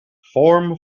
form